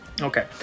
Okay